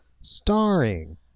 starring